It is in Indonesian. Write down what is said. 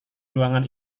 ruangan